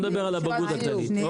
צריך לחזק שם.